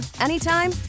anytime